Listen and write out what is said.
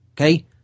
Okay